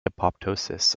apoptosis